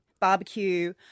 Barbecue